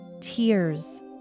Tears